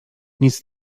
nic